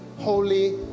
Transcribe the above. Holy